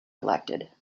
elected